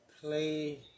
play